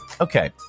Okay